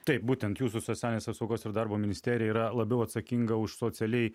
taip būtent jūsų socialinės apsaugos ir darbo ministerija yra labiau atsakinga už socialiai